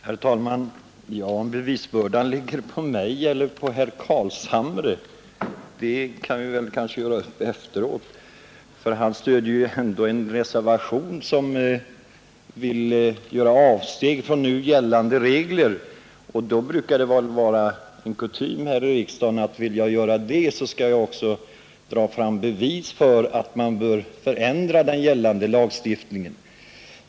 Herr talman! Om bevisbördan ligger på mig eller på herr Carlshamre kan vi kanske göra upp efteråt. Han stöder ändå en reservation, som vill göra avsteg från nu gällande regler, och då brukar det vara kutym här i riksdagen att den som vill göra det också skall dra fram bevis för att man bör förändra den gällande lagstiftningen.